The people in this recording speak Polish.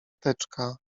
teczka